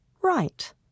Right